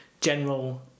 general